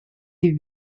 die